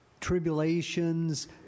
tribulations